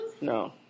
no